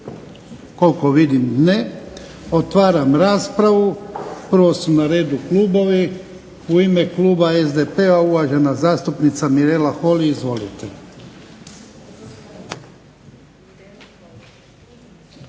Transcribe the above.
Koliko vidim ne. Otvaram raspravu. Prvo su na redu klubovi. U ime Kluba SDP-a uvažena zastupnica Mirela Holy. Izvolite.